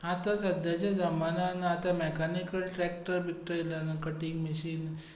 आतां सद्याच्या जमानांत आतां मॅकानिकल ट्रॅक्टर ब्रिक्टर येयला न्हू कटींग मशीन